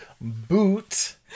boot